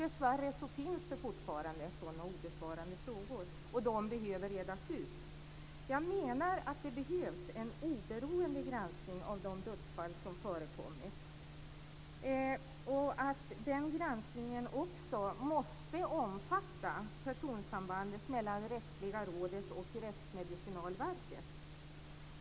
Dessvärre finns det fortfarande sådana obesvarade frågor - och de behöver redas ut. Jag menar att det behövs en oberoende granskning av de dödsfall som förekommit. Den granskningen måste också omfatta personsambandet mellan Rättsliga rådet och Rättsmedicinalverket.